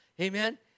Amen